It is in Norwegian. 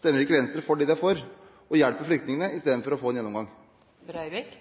stemmer ikke Venstre for det partiet er for, og hjelper flyktningene, istedenfor å få en